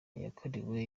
yakorewe